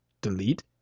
delete